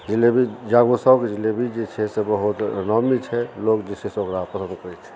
जीलेबी जे जीलेबी जे छै से बहुत नामी छै लोग जे छै ओकरा पसन्द करै छै